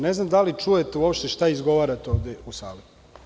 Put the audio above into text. Ne znam da li čujete uopšte šta izgovarate ovde u sali.